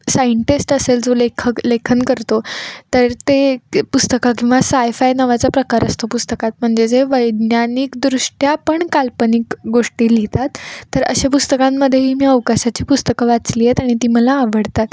scientist असेल जो लेखक लेखन करतो तर ते पुस्तकं किंवा सायफाय नावाचा प्रकार असतो पुस्तकात म्हणजे जे वैज्ञानिकदृष्ट्या पण काल्पनिक गोष्टी लिहितात तर अशा पुस्तकांमध्येही मी अवकाशाची पुस्तकं वाचली आहेत आणि ती मला आवडतात